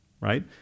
right